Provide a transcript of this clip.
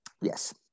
Yes